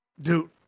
dude